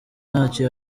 ntacyo